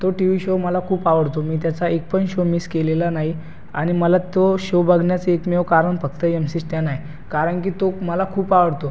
तो TV show मला खूप आवडतो मी त्याचा एकपण शो मिस केलेला नाही आणि मला तो शो बघण्याचे एकमेव कारण फक्त एम सी स्टॅन आहे कारण की तो मला खूप आवडतो